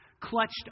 clutched